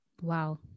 wow